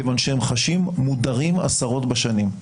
כיוון שהם חשים מודרים עשרות בשנים.